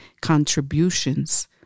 contributions